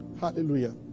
Hallelujah